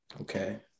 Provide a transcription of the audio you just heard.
Okay